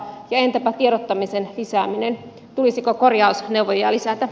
ja entäpä tiedottamisen lisääminen tulisiko korjausneuvojia lisätä